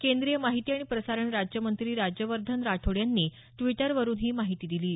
केंद्रीय माहिती आणि प्रसारण राज्यमंत्री राज्यवर्धन राठोड यांनी ट्विटरवरुन ही माहिती दिली आहे